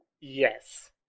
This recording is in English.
yes